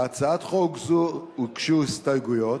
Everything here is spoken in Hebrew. להצעת חוק זו הוגשו הסתייגויות.